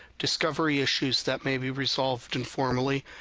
discovery issues that may be resolved informally,